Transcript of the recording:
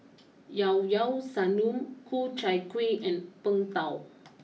Llao Llao Sanum Ku Chai Kueh and Png Tao